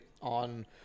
on